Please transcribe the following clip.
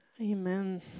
Amen